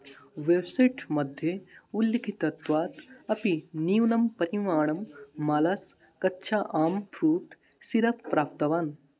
website मध्ये उल्लिखितत्वात् अपि न्यूनं परिमाणं मलस् कच्छा आम् फ्रूट् सिरप् प्राप्तवान्